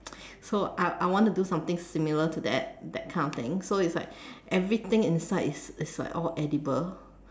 so I I want to do something similar to that that kind of thing so it's like everything inside is is like all edible